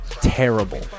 terrible